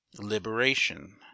Liberation